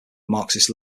marxist